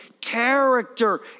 character